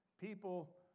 People